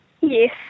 Yes